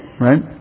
right